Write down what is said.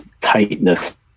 tightness